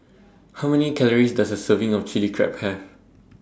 How Many Calories Does A Serving of Chilli Crab Have